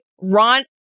ron